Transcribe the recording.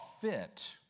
fit